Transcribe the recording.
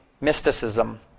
mysticism